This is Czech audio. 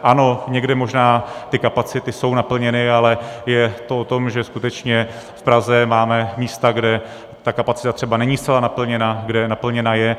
Ano, někde možná ty kapacity jsou naplněny, ale je to o tom, že skutečně v Praze máme místa, kde ta kapacita není třeba zcela naplněna a kde naplněna je.